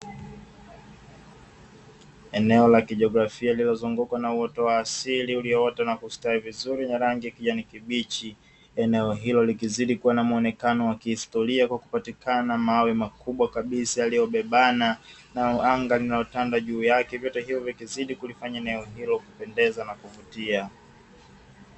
Eneo la kijiografia lililozungukwa na uoto wa asili ulioota na kustawi vizuri wenye rangi ya kijani kibichi, eneo hilo likizidi kuwa na muonekano wa kihistoria kwa kupatikana mawe makubwa kabisa yaliyobebana. Nalo anga lililotanda juu yake vyote hivyo vikizidi kulifanya eneo hilo kupendeza na kuvutia.